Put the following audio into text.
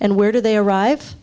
and where do they arrive